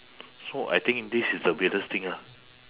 so I think this is the weirdest thing ah